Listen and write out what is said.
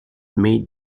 made